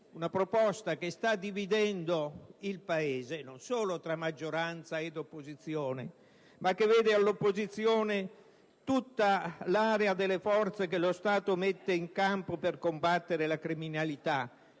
una proposta che sta dividendo il Paese non solo tra maggioranza e opposizione, ma che vede all'opposizione tutta l'area delle forze che lo Stato mette in campo per combattere la criminalità